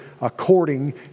according